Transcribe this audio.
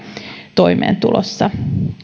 toimeentulossa